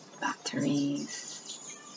batteries